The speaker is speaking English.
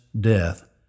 death